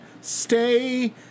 stay